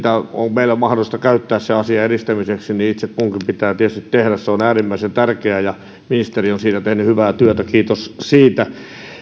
mitä on meillä mahdollista käyttää sen asian edistämiseksi itse kunkin pitää tietysti käyttää se on äärimmäisen tärkeää ja ministeri on siinä tehnyt hyvää työtä kiitos siitä